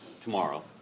tomorrow